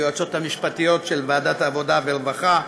היועצות המשפטיות של ועדת העבודה והרווחה,